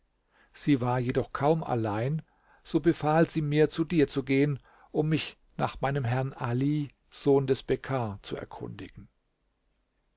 sie war jedoch kaum allein so befahl sie mir zu dir zu gehen um mich nach meinem herrn ali sohn des bekar zu erkundigen